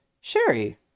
Sherry